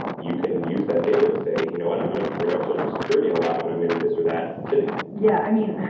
you can use that data to say, you know what, i'm going to bring up social security a lot when i'm in this or that city yeah. i mean,